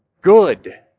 good